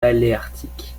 paléarctique